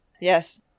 Yes